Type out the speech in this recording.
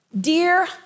Dear